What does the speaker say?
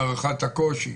בהערכת הקושי?